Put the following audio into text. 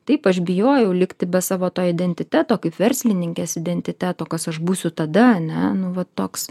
taip aš bijojau likti be savo to identiteto kaip verslininkės identiteto kas aš būsiu tada ane nu va toks